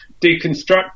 deconstruct